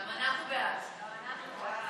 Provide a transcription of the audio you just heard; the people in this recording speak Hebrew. הצעת